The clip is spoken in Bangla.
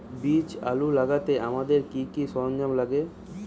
বীজ আলু লাগাতে আমাদের কি কি সরঞ্জাম লাগে?